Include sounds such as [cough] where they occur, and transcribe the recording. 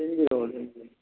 [unintelligible]